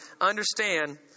understand